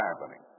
happening